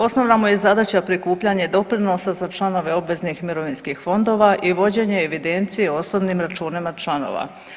Osnovna mu je zadaća prikupljanje doprinosa za članove obveznih mirovinskih fondova i vođenje evidencije o osobnim računima članova.